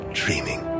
dreaming